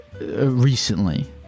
recently